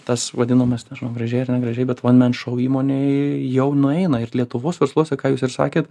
tas vadinamas nežinau gražiai ar negražiai bet vandens šou įmonėj jau nueina ir lietuvos versluose ką jūs ir sakėt